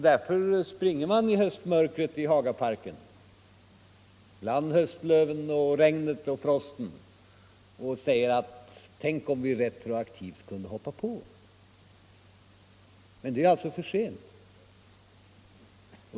Därför springer man = allmänna pensionsi höstmörkret i Hagaparken — bland höstlöven, regnet och frosten —- och = åldern, m.m. säger: Tänk om vi retroaktivt kunde hoppa på! Men det är alltså för sent.